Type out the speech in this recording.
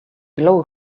blow